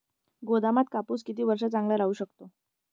गोदामात कापूस किती वर्ष चांगला राहू शकतो?